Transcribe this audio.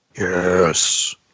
yes